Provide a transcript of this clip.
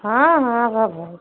हाँ हाँ हाँ भाई